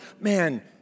man